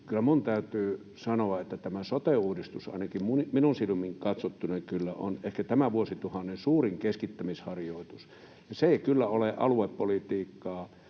minun täytyy sanoa, että tämä sote-uudistus ainakin minun silmin katsottuna on kyllä ehkä tämän vuosituhannen suurin keskittämisharjoitus, ja se ei kyllä ole aluepolitiikkaa,